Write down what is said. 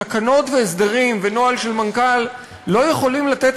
תקנות והסדרים ונוהל של מנכ"ל לא יכולים לתת